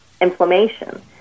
inflammation